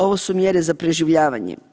Ovo su mjere za preživljavanje.